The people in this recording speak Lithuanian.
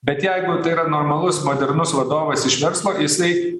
bet jeigu tai yra normalus modernus vadovas iš verslo jisai